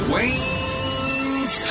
Wayne's